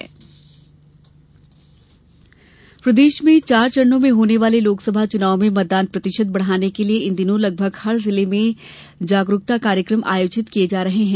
मतदाता जागरुकता प्रदेश में चार चरणों में होने वाले लोकसभा चुनाव में मतदान प्रतिशत बढ़ाने के लिए इन दिनों लगभग हर जिले में जागरुकता कार्यक्रम आयोजित किये जा रहे हैं